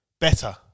better